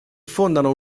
fondano